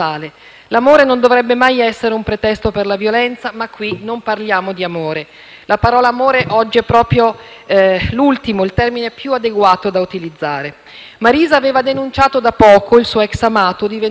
La parola amore oggi è proprio il termine meno adeguato da utilizzare. Marisa aveva denunciato da poco il suo ex amato, divenuto il suo persecutore. Marisa era spaventata, era preoccupata, per questo non si muoveva mai da sola